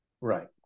Right